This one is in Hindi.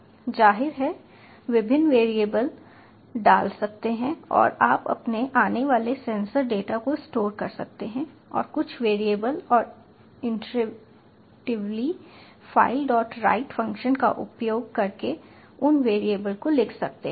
जाहिर है विभिन्न वेरिएबल डाल सकते हैं जो आप अपने आने वाले सेंसर डेटा को स्टोर कर सकते हैं और कुछ वेरिएबल और इटरेटिवली filewrite फ़ंक्शन का उपयोग करके उन वेरिएबल को लिख सकते हैं